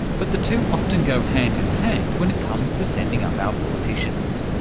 but the two often go hand in hand when it comes to sending up our politicians.